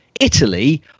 Italy